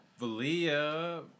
Valia